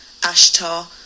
Ashtar